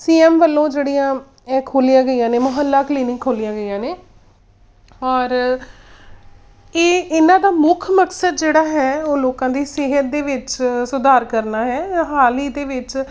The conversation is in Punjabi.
ਸੀ ਐੱਮ ਵੱਲੋਂ ਜਿਹੜੀਆਂ ਇਹ ਖੋਲ੍ਹੀਆਂ ਗਈਆਂ ਨੇ ਮੁਹੱਲਾ ਕਲੀਨਿਕ ਖੋਲ੍ਹੀਆਂ ਗਈਆਂ ਨੇ ਔਰ ਇਹ ਇਹਨਾਂ ਦਾ ਮੁੱਖ ਮਕਸਦ ਜਿਹੜਾ ਹੈ ਉਹ ਲੋਕਾਂ ਦੀ ਸਿਹਤ ਦੇ ਵਿੱਚ ਸੁਧਾਰ ਕਰਨਾ ਹੈ ਹਾਲ ਹੀ ਦੇ ਵਿੱਚ